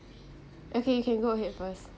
okay you can go ahead first